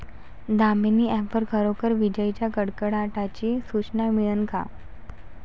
Damini app वर खरोखर विजाइच्या कडकडाटाची सूचना मिळन का?